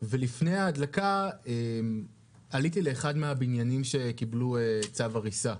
ולפני ההדלקה עליתי לאחד מהבניינים שקיבלו צו הריסה.